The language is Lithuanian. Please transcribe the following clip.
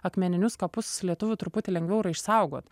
akmeninius kapus lietuvių truputį lengviau yra išsaugot